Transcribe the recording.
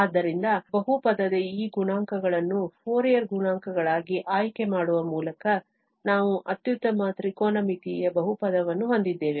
ಆದ್ದರಿಂದ ಬಹುಪದದ ಈ ಗುಣಾಂಕಗಳನ್ನು ಫೋರಿಯರ್ ಗುಣಾಂಕಗಳಾಗಿ ಆಯ್ಕೆ ಮಾಡುವ ಮೂಲಕ ನಾವು ಅತ್ಯುತ್ತಮ ತ್ರಿಕೋನಮಿತೀಯ ಬಹುಪದವನ್ನು ಹೊಂದಿದ್ದೇವೆ